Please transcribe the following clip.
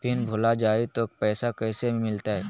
Pin भूला जाई तो पैसा कैसे मिलते?